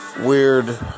weird